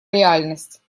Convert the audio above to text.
реальность